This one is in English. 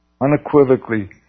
unequivocally